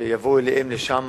שיבואו אליהם לשם